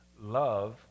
love